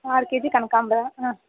ಆರು K G ಕನಕಾಂಬರ ಹಾಂ